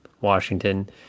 Washington